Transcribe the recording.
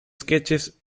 sketches